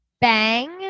bang